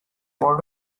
what